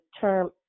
term